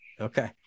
Okay